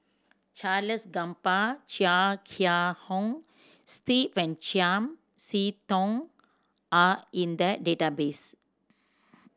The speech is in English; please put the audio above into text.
Charles Gamba Chia Kiah Hong Steve and Chiam See Tong are in the database